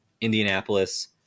indianapolis